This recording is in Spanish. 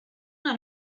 una